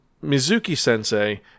Mizuki-sensei